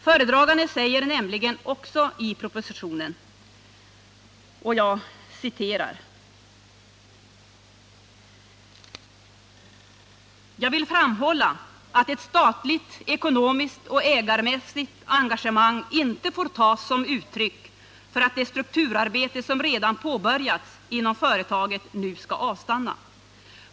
Föredraganden säger nämligen i propositionen: ”Jag vill framhålla att ett statligt ekonomiskt och ägarmässigt engagemang inte får tas som uttryck för att det strukturarbete som redan påbörjats inom företaget nu skall avstanna.